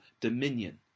dominion